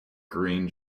green